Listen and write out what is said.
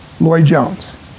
Lloyd-Jones